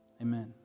Amen